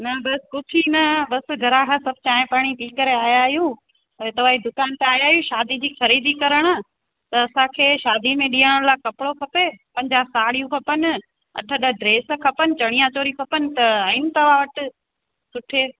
न बसि पुछ ई न बसि घरां खां सभ चांहि पाणी पी करे आया आहियूं ऐं तव्हां ई दुकान ते आया आहियूं शादी जी ख़रीदी करणु त असांखे शादी में ॾियण लाइ कपिड़ो खपे पंजा साड़ियूं खपनि अठ ॾह ड्रेस खपनि चणिया चोली खपनि त आहिनि तव्हां वटि सुठे